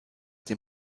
dem